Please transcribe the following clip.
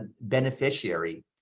beneficiary